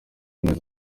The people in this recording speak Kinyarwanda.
ubumwe